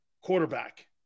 quarterback